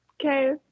Okay